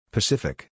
Pacific